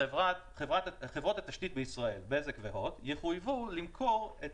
חברות התשתית בישראל בזק והוט יחויבו למכור את